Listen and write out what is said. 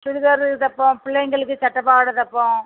சுடிதாரு தைப்போம் பிள்ளைங்களுக்கு சட்டை பாவாடை தைப்போம்